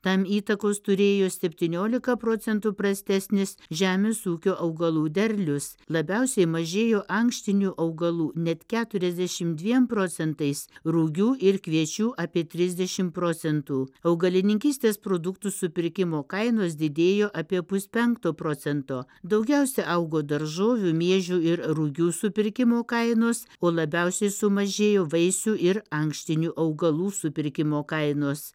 tam įtakos turėjo septyniolika procentų prastesnis žemės ūkio augalų derlius labiausiai mažėjo ankštinių augalų net keturiasdešim dviem procentais rugių ir kviečių apie trisdešim procentų augalininkystės produktų supirkimo kainos didėjo apie puspenkto procento daugiausia augo daržovių miežių ir rugių supirkimo kainos o labiausiai sumažėjo vaisių ir ankštinių augalų supirkimo kainos